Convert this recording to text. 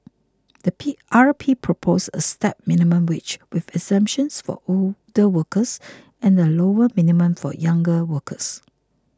the P R P proposed a stepped minimum wage with exemptions for older workers and a lower minimum for younger workers